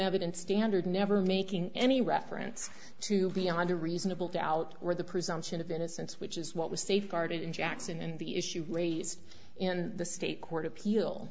evidence standard never making any reference to beyond a reasonable doubt or the presumption of innocence which is what was safeguarded in jackson and the issues raised in the state court appeal